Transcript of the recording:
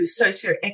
socioeconomic